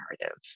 narrative